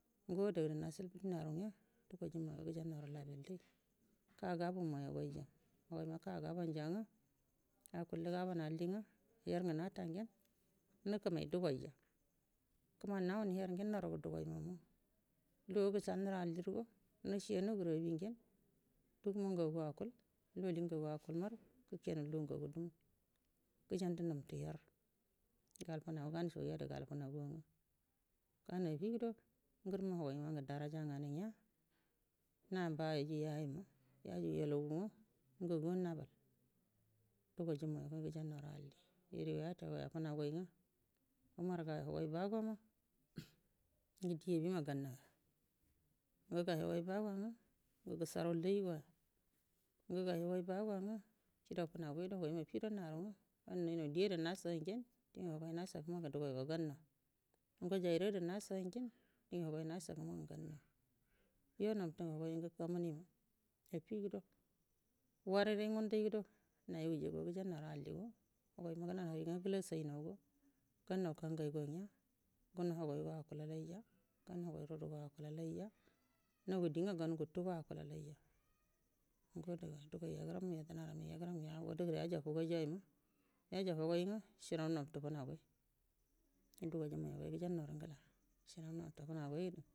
Ngo adadu nashilbu di naru nga gujanna uru labiyallai ka gabu moiyogaja maina ka gabanja nga akullə gabon alli nga her ngu nata ngenə nukumai dugaja kumaui nawunu her igenə narugu dugai mamu duge gashaluuru allliro nashe anaguru abido dumu ngagu akul luwali ngagu akul naru gutenu lugu ngagu dumu gujan du nabtu hanə gal funau gabə sayayyadu gal funagu nga ganə afigudo gurumiyu hu gaima ngu daraja nganu nga na mba yeyju yajima yajugu yalaugu nga ngaguwa nabal dugaju mayagai gujamnauru alli yarigai yatagoya funagai nga wunar gai lugai bagoma ngə dir abimə gaknauwa umar gai hogoi baguwa nga ngu gusharau layi goya ngu gai hugai bagauwa nga kida funagoido hugaiwa affido naru nga anunainau di ada nashagu mangu dinga dugaigo jannaul ngo jariru ada nashagu ngenə dingu hugoi nashagu mangu gannau go nabtu ngu hugai ngu gamunuyo affigudo wararai ngudai do ngu njuagu gujannauru alli nga hugarima gunanu hiri nga gulashinaugo gumnati kanagaigo nga guno hugoigo akulalaija gau hugoi rudu go akulalaija nagu di nga gan nguntugo akulalija ngo adaga dugai ya guran yadənaramai yagarau dugai yajafu gai ja ima yajafugoi shinau nabtu funeragoi dugaiju hugau gujannauru ngula shakinau nabtu funagaidu.